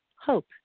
hope